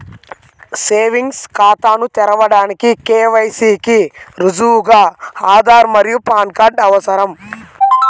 savings ఖాతాను తెరవడానికి KYC కి రుజువుగా ఆధార్ మరియు పాన్ కార్డ్ అవసరం